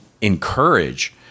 encourage